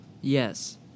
Yes